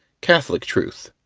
catholic truth.